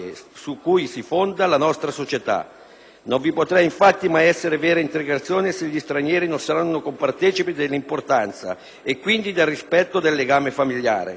su cui si fonda la nostra società; non vi potrà infatti mai essere vera integrazione se gli stranieri non saranno compartecipi dell'importanza - e quindi del rispetto - del legame familiare.